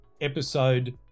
episode